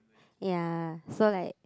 ya so like